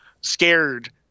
scared